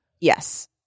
Yes